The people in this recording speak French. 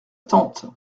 tante